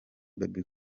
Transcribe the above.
bebe